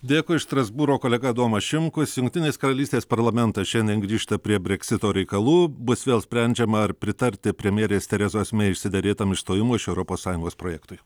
dėkui iš strasbūro kolega adomas šimkus jungtinės karalystės parlamentas šiandien grįžta prie breksito reikalų bus vėl sprendžiama ar pritarti premjerės terezos mei išsiderėtam išstojimo iš europos sąjungos projektui